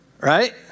Right